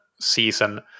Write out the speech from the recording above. season